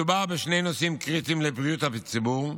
מדובר בשני נושאים קריטיים לבריאות הציבור,